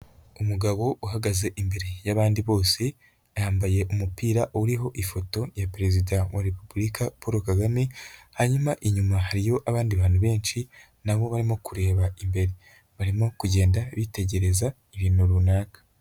Umugabo uhagaze imbere y'abandi bose, yambaye umupira uriho ifoto ya Perezida wa Repubulika Paul Kagame, hanyuma inyuma hariyo abandi bantu benshi, n'abo barimo kureba imbere barimo kugenda bitegereza ibintu runaka.